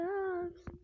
Loves